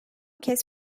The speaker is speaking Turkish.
kez